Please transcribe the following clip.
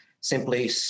Simply